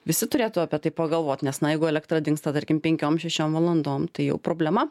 visi turėtų apie tai pagalvot nes na jeigu elektra dingsta tarkim penkiom šešiom valandom tai jau problema